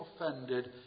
offended